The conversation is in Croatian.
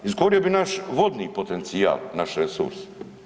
Iskoristio bi naš vodni potencijal, naš resurs.